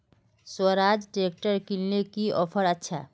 Swaraj tractor किनले की offer अच्छा?